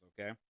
Okay